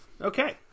Okay